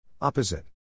Opposite